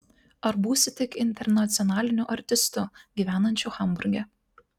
ar būsi tik internacionaliniu artistu gyvenančiu hamburge